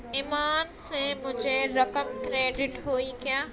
ایمان سے مجھے رقم کریڈٹ ہوئی کیا